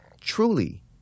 Truly